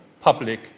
public